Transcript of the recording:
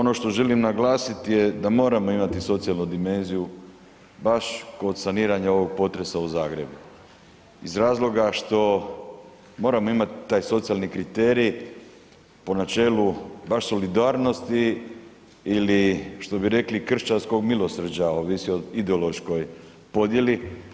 Ono što želim naglasiti da moramo imati socijalnu dimenziju baš kod saniranja ovog potresa u Zagrebu, iz razloga što moramo imati taj socijalni kriterij po načelu baš solidarnosti ili što bi rekli kršćanskog milosrđa, ovisi o ideološkoj podjeli.